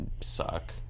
Suck